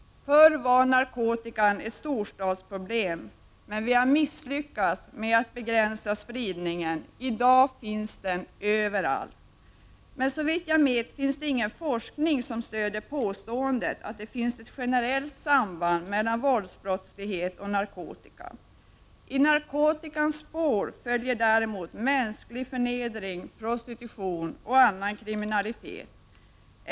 Förr var narkotikan ett storstadsproblem. Men vi har misslyckats med att begränsa spridningen. I dag finns narkotikan överallt. Såvitt jag vet finns det ingen forskning som stöder påståendet att det finns ett generellt samband mellan våldsbrott och narkotika. I narkotikans spår följer däremot mänsklig förnedring, prostitution och annan kriminalitet.